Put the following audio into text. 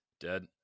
Dead